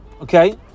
okay